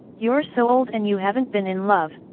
you're so old and you haven't been in love,